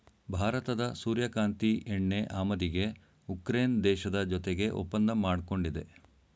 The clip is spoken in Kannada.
ಭಾರತದ ಸೂರ್ಯಕಾಂತಿ ಎಣ್ಣೆ ಆಮದಿಗೆ ಉಕ್ರೇನ್ ದೇಶದ ಜೊತೆಗೆ ಒಪ್ಪಂದ ಮಾಡ್ಕೊಂಡಿದೆ